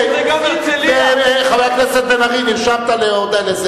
נרשמת לדברים,